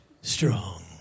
strong